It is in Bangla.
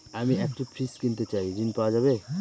আমি একটি ফ্রিজ কিনতে চাই ঝণ পাওয়া যাবে?